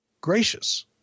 gracious